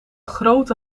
grote